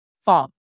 Fall